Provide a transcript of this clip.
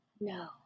No